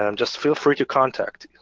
um just feel free to contact